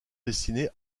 destiné